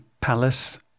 palace